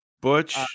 Butch